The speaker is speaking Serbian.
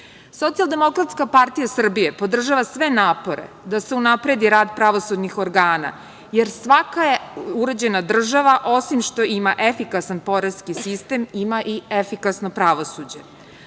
uspeh. Socijaldemokratska partija Srbije podržava sve napore da se unapredi rad pravosudnih organa, jer svaka uređena država, osim što ima efikasan poreski sistem, ima i efikasno pravosuđe.